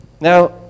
Now